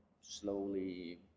slowly